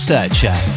Searcher